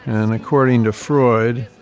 and according to freud,